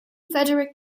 frederick